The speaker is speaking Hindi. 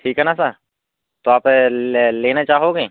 ठीक है ना सर तो आप लेना चाहोगे